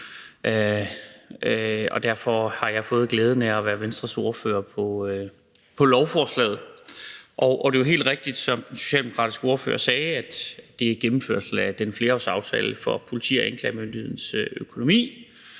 og derfor har jeg fået glæden af at være Venstres ordfører på lovforslaget. Det er jo helt rigtigt, som den socialdemokratiske ordfører sagde, at det handler om gennemførsel af den flerårsaftale for politi- og anklagemyndighedens økonomi,